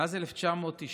מאז 1999,